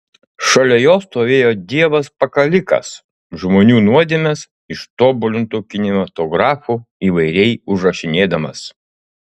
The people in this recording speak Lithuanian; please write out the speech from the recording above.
šalia jo stovėjo dievas pakalikas žmonių nuodėmes ištobulintu kinematografu įvairiai užrašinėdamas